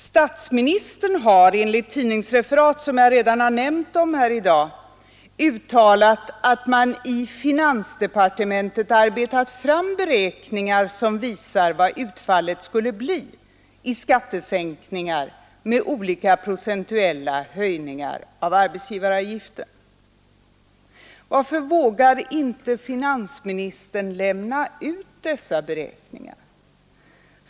Statsministern har enligt tidningsreferat, som jag redan nämnt här i dag, uttalat att man i finansdepartementet arbetat fram beräkningar som visar vad utfallet skulle bli i skattesänkningar med olika procentuella höjningar av arbetsgivaravgiften. Varför vågar inte finansministern lämna ut dessa beräkningar?